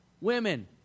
Women